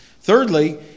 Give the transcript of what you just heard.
Thirdly